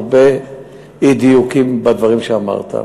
הרבה אי-דיוקים בדברים שאמרת,